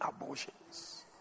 abortions